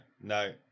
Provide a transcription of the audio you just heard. no